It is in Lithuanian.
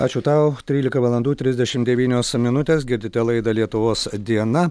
ačiū tau trylika valandų trisdešim devynios minutės girdite laidą lietuvos diena